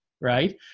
Right